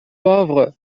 pauvre